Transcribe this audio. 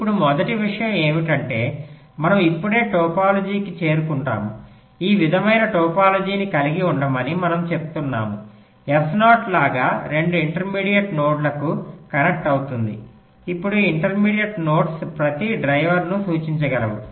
ఇప్పుడు మొదటి విషయం ఏమిటంటే మనం ఇప్పుడే టోపోలాజీకి చేరుకుంటాము ఈ విధమైన టోపోలాజీని కలిగి ఉండమని మనము చెప్తున్నాము S0 లాగా 2 ఇంటర్మీడియట్ నోడ్లకు కనెక్ట్ అవుతుంది ఇప్పుడు ఈ ఇంటర్మీడియట్ నోడ్స్ ప్రతి డ్రైవర్లను సూచించగలవు